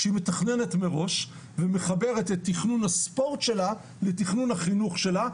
כשהיא מתכננת מראש ומחברת את תכנון הספורט שלה לתכנון החינוך שלה,